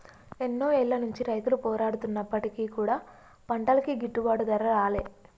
ఎన్నో ఏళ్ల నుంచి రైతులు పోరాడుతున్నప్పటికీ కూడా పంటలకి గిట్టుబాటు ధర రాలే